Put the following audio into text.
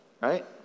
right